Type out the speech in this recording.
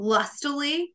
Lustily